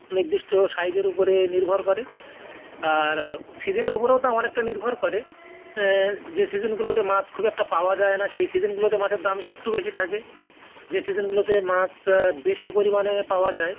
নির্দিষ্ট সাইজের উপরে নির্ভর করে আর সিজনের ওপরেও দাম অনেকটা নির্ভর করে যে সিজনগুলোতে মাছ খুব একটা পাওয়া যায় না সেই সিজনগুলোতে মাছের দাম একটু বেশি থাকে যে সিজনগুলোতে মাছ বেশি পরিমাণে পাওয়া যায়